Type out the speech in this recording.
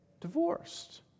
divorced